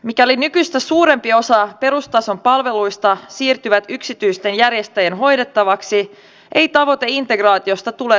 mikäli nykyistä suurempi osa perustason palveluista siirtyy yksityisten järjestäjien hoidettavaksi ei tavoite integraatiosta tule toteutumaan